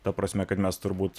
ta prasme kad mes turbūt